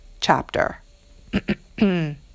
chapter